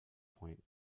point